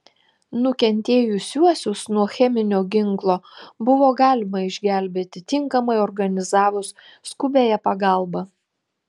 nukentėjusiuosius nuo cheminio ginklo buvo galima išgelbėti tinkamai organizavus skubiąją pagalbą